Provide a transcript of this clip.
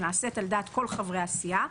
שנעשית על דעת כל חברי הסיעה,